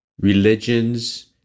religions